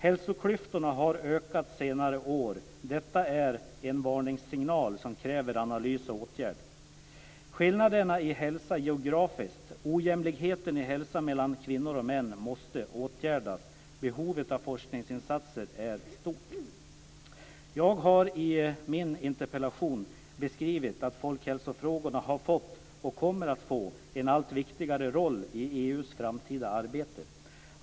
Hälsoklyftorna har ökat på senare år. Detta är en varningssignal som kräver analys och åtgärd. Skillnaderna i hälsa geografiskt och ojämlikheten i hälsa mellan kvinnor och män måste åtgärdas. Behovet av forskningsinsatser är stort. Jag har i min interpellation beskrivit att folkhälsofrågorna har fått och kommer att få en allt viktigare roll i EU:s framtida arbete.